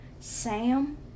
Sam